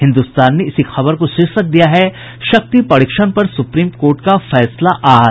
हिन्दुस्तान ने इसी खबर को शीर्षक दिया है शक्ति परीक्षण पर सुप्रीम कोर्ट का फैसला आज